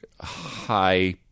high